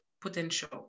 potential